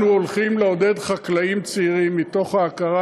אנחנו הולכים לעודד חקלאים צעירים מתוך ההכרה